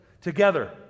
together